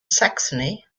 saxony